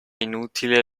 inutile